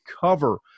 cover